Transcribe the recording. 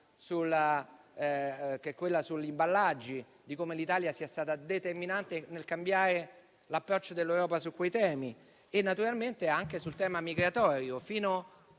o di quella sugli imballaggi e di come l'Italia sia stata determinante nel cambiare l'approccio dell'Europa su quei temi e, naturalmente, anche su quello migratorio.